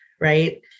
right